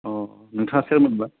अ नोंथाङा सोरमोनबा